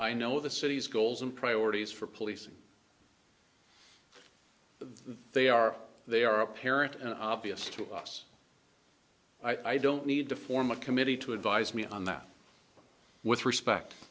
i know the city's goals and priorities for policing they are they are apparent obvious to us i don't need to form a committee to advise me on that with respect